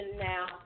now